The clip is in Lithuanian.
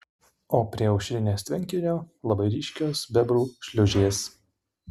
o prie aušrinės tvenkinio labai ryškios bebrų šliūžės